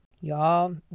y'all